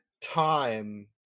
time